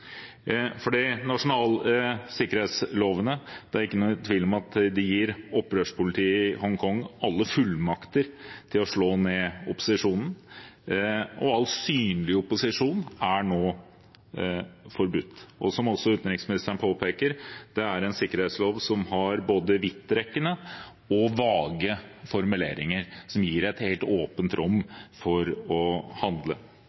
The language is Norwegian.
Det er ikke noen tvil om at de nasjonale sikkerhetslovene gir opprørspolitiet i Hongkong alle fullmakter til å slå ned opposisjonen, og all synlig opposisjon er nå forbudt. Som utenriksministeren påpeker, er det en sikkerhetslov som har både vidtrekkende og vage formuleringer som gir et helt åpent rom for å handle.